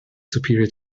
superior